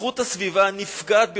איכות הסביבה נפגעת ביותר.